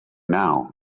now